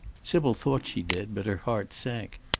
sybil thought she did, but her heart sank.